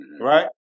Right